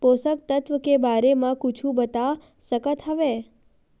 पोषक तत्व के बारे मा कुछु बता सकत हवय?